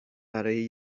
برای